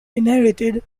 inherited